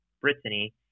brittany